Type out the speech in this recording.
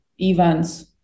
events